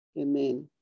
Amen